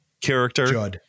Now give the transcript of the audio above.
character